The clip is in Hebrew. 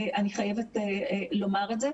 אני חייבת לומר את זה.